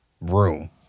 room